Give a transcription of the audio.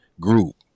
group